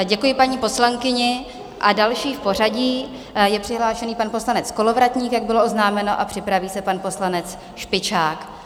Děkuji paní poslankyni a další v pořadí je přihlášený pan poslanec Kolovratník, jak bylo oznámeno, a připraví se pan poslanec Špičák.